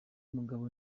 mugabo